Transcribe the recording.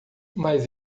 mas